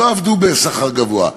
לא עבדו בשכר גבוה,